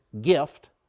gift